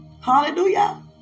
Hallelujah